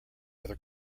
other